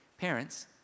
Parents